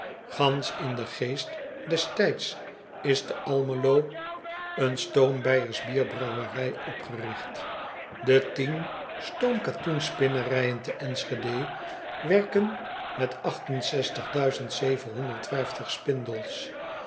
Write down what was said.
gansch in den geest des tijds is te lmelo een stoom beijersch bierbrouwerij opgerigt e tien stoom katoenspinnerijen te nschede werken met spindels